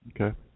Okay